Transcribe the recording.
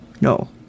no